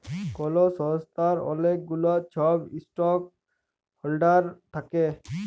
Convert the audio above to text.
call সংস্থার অলেক গুলা ছব ইস্টক হল্ডার থ্যাকে